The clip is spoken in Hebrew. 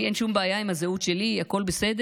לי אין שום בעיה עם הזהות שלי, הכול בסדר,